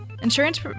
Insurance